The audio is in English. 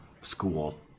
School